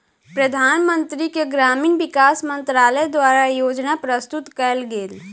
प्रधानमंत्री के ग्रामीण विकास मंत्रालय द्वारा योजना प्रस्तुत कएल गेल